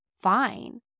fine